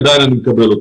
עדיין אני מקבל אותה.